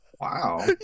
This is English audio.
Wow